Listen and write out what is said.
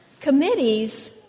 Committees